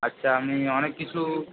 আচ্ছা আমি অনেক কিছু